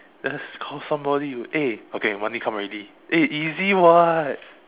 let's call somebody with eh okay your money come already eh easy [what]